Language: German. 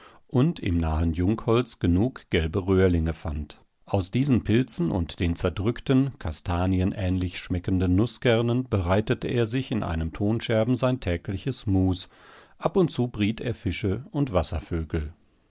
und im nahen jungholz genug gelbe röhrlinge fand aus diesen pilzen und den zerdrückten kastanienähnlich schmeckenden nußkernen bereitete er sich in einem tonscherben sein tägliches mus ab und zu briet er fische und wasservögel